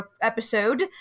episode